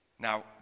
Now